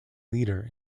leader